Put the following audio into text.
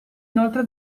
inoltre